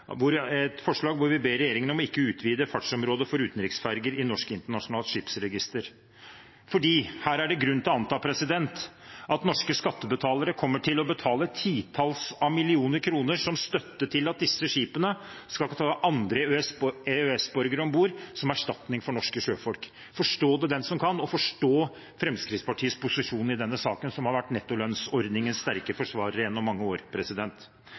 hvor vi ber regjeringen «om å ikke utvide fartsområdet for utenriksferger i Norsk Internasjonalt Skipsregister», fordi det her er grunn til å anta at norske skattebetalere kommer til å betale titalls millioner kroner som støtte til at disse skipene skal kunne ta andre EØS-borgere om bord som erstatning for norske sjøfolk. Forstå det, den som kan, og forstå Fremskrittspartiets posisjon i denne saken – Fremskrittspartiet, som har vært nettolønnsordningens sterke forsvarere gjennom mange år.